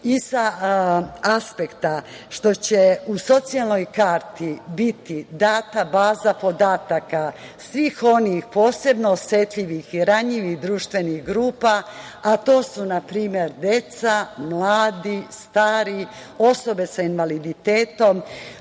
i sa aspekta što će u socijalnoj karti biti data baza podataka svih onih posebno osetljivih i ranjivih društvenih grupa, a to su na primer deca, mladi, stari, osobe sa invaliditetom,